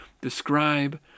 describe